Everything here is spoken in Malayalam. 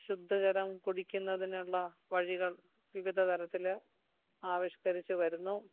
ശുദ്ധജലം കുടിക്കുന്നതിനുള്ള വഴികൾ വിവിധ തരത്തിൽ ആവിഷ്കരിച്ചു വരുന്നു